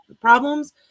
problems